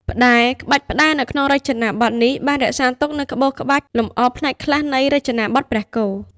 ផ្តែរ ក្បាច់ផ្តែរនៅក្នុងរចនាបថនេះ បានរក្សាទុកនូវក្បូរក្បាច់លម្អផ្នែកខ្លះនៃ រចនាបថព្រះគោ។